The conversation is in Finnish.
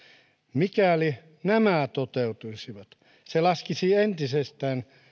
mikäli nämä toteutuisivat se laskisi entisestään